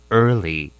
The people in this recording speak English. early